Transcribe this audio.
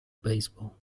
baseball